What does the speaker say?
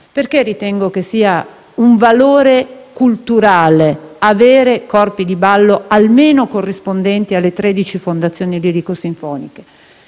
Perché ritengo che sia un valore culturale avere corpi di ballo almeno corrispondenti alle 13 fondazioni lirico-sinfoniche?